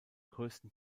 größten